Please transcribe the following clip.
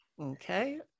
Okay